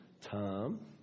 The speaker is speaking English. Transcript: Tom